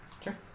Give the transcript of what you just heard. Sure